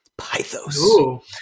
Pythos